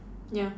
ya